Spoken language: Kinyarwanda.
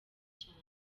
cyane